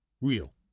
real